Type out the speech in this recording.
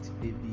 baby